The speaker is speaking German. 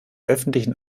öffentlichen